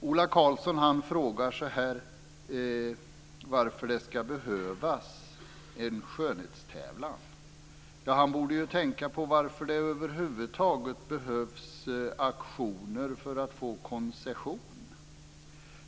Ola Karlsson frågar så här: Varför ska det behövas en skönhetstävlan? Han borde tänka på varför det över huvud taget behövs auktioner för att få koncession.